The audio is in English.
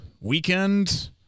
weekend